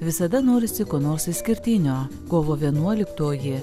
visada norisi ko nors išskirtinio kovo vienuoliktoji